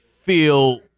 feel